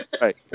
right